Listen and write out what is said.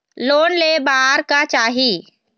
Loan ले बार का चाही?